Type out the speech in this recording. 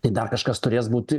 tai dar kažkas turės būt